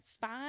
five